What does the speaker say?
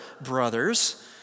brothers